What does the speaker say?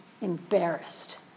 embarrassed